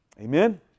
Amen